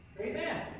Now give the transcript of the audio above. Amen